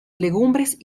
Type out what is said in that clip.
legumbres